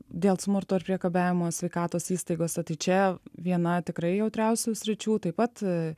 dėl smurto ir priekabiavimo sveikatos įstaigose tai čia viena tikrai jautriausių sričių taip pat